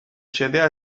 xedea